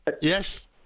Yes